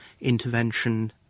intervention